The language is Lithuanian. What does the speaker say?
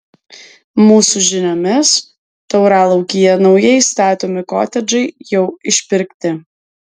mūsų žiniomis tauralaukyje naujai statomi kotedžai jau išpirkti